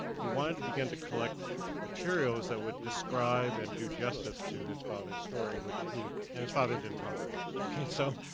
he wanted to begin to collect materials that would describe and do justice to his father's story, which who, and his father didn't talk very much, okay, so,